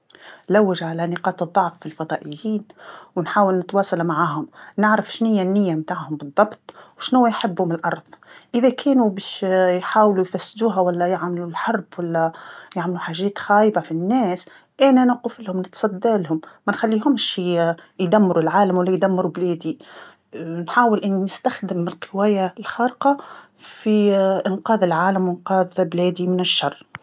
نلوج على نقاط الضعف في الفضائيين ونحاول نتواصل معاهم، نعرف شني النيه متاعهم بالضبط، وشنوا يحبو من الأرض، إذا كانو باش يحاولو يفسدوها ولا يعملو الحرب ولا يعملو حاجات خايبه في الناس، أنا نوقفلهم نتصدالهم، ما نخليهمش يدمرو العالم ولا يدمرو بلادي، نحاول أني نستخدم القوايا الخارقة في إنقاذ العالم وإنقاذ بلادي من الشر.